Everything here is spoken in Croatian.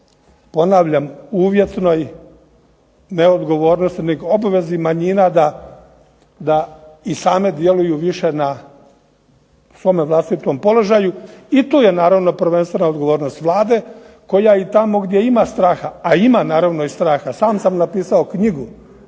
ponavljam uvjetnoj, ne odgovornosti nego obvezi manjina da i same djeluju više na svome vlastitom položaju i tu je naravno prvenstvena odgovornost Vlade koja i tamo gdje ima straha, a ima naravno i straha, sam sam napisao knjigu,